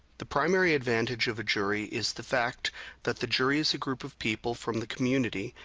the primary advantage of a jury is the fact that the jury is a group of people from the community,